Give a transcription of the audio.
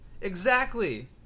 Exactly